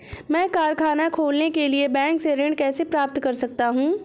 मैं कारखाना खोलने के लिए बैंक से ऋण कैसे प्राप्त कर सकता हूँ?